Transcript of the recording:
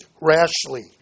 rashly